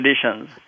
traditions